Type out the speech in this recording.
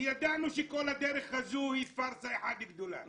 כי ידענו שכל הדרך הזו היא פרסה אחת גדולה.